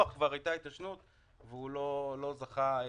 כבר הייתה התיישנות והוא לא קיבל.